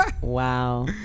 Wow